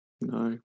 No